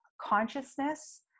consciousness